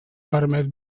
permet